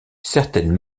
certaines